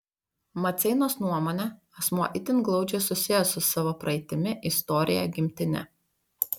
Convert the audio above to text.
maceinos nuomone asmuo itin glaudžiai susijęs su savo praeitimi istorija gimtine